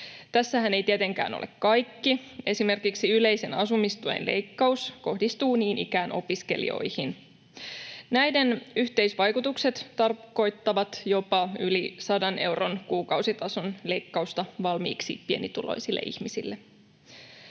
Tässähän ei tietenkään ole kaikki. Esimerkiksi yleisen asumistuen leikkaus kohdistuu niin ikään opiskelijoihin. Näiden yhteisvaikutukset tarkoittavat jopa yli 100 euron kuukausitason leikkausta valmiiksi pienituloisille ihmisille.